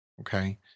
Okay